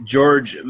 George